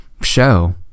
show